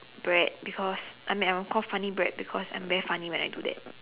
bread because I mean I'm called funny bread because I'm very funny when I do that